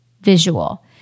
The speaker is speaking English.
visual